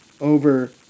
over